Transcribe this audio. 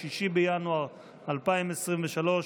6 בינואר 2023,